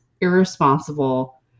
irresponsible